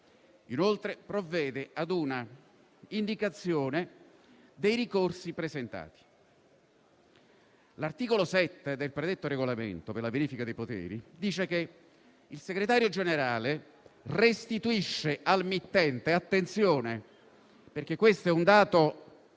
altresì a una indicazione dei ricorsi presentati. L'articolo 7 del predetto regolamento per la verifica dei poteri prevede che «Il Segretario generale restituisce al mittente - attenzione, perché questo è un dato formale,